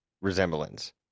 resemblance